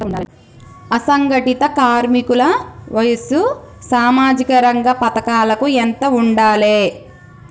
అసంఘటిత కార్మికుల వయసు సామాజిక రంగ పథకాలకు ఎంత ఉండాలే?